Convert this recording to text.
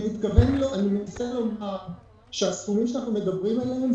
אני מבקש לומר שהסכומים שאנחנו מדברים היום,